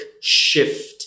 shift